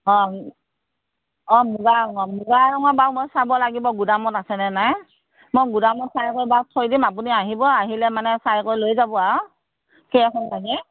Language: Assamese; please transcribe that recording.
অ অ মুগা ৰঙৰ মুগা ৰঙত বাৰু মই চাব লাগিব গুদামত আছেনে নাই মই গুদামত চাই কৈ বাৰু থৈ দিম আপুনি আহিব আহিলে মানে চাই কৈ লৈ যাব আৰু কেইখন লাগে